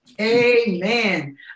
Amen